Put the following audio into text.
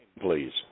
Please